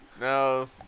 no